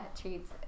treats